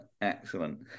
Excellent